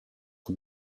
pod